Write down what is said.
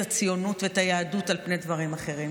הציונות ואת היהדות על פני דברים אחרים?